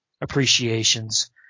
appreciations